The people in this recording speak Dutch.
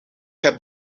heb